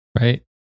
Right